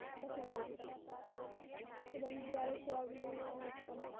আঁকা শুরু করে দিতাম এবং দেয়ালে চক নিয়ে আঁকতাম